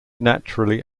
naturally